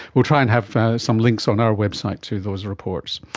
we'll try and have some links on our websites to those reports.